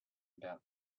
about